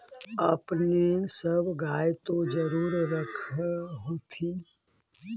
अपने सब गाय तो जरुरे रख होत्थिन?